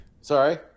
Sorry